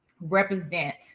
represent